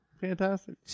Fantastic